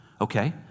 okay